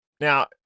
Now